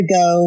go